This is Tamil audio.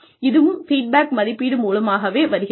இதுவும் ஃபீட்பேக் மதிப்பீடு மூலமாகவே வருகிறது